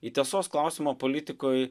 į tiesos klausimą politikoj